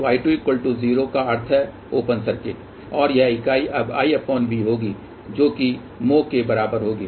तो I20 का अर्थ है ओपन सर्किट और यह इकाई अब IV होगी जो कि मो के बराबर होगी